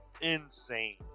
insane